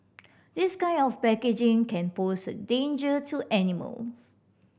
this kind of packaging can pose a danger to animals